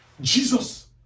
Jesus